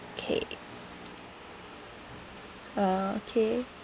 okay uh okay